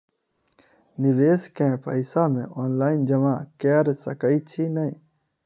निवेश केँ पैसा मे ऑनलाइन जमा कैर सकै छी नै?